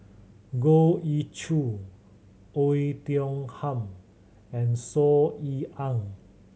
Goh Ee Choo Oei Tiong Ham and Saw Ean Ang